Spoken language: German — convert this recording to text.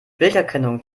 bilderkennung